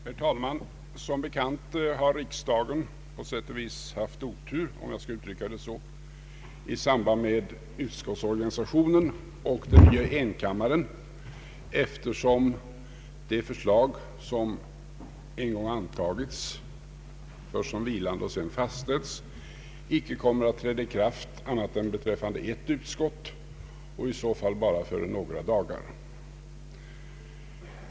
Herr talman! Som bekant har riksdagen på sätt och vis otur, om jag skall uttrycka det så, i fråga om utskottsorganisationen och den nya enkammaren, eftersom det förslag som antagits, först som vilande och sedan slutgiltigt, icke kommer att träda i kraft annat än beträffande ett utskott och i så fall bara för några dagar.